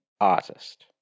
artist